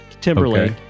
Timberlake